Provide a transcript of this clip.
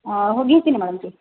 ह होगींचीनाय मॅडम ती